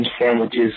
sandwiches